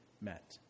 met